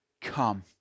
come